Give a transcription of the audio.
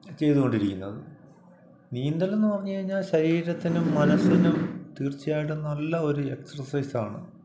ചെയ്തുകൊണ്ടിരിക്കുന്നത് നീന്തലെന്ന് പറഞ്ഞു കഴിഞ്ഞാല് ശരീരത്തിനും മനസ്സിനും തീർച്ചയായിട്ടും നല്ല ഒരു എക്സർസൈസാണ്